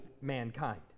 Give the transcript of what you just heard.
mankind